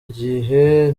gihe